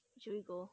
should we go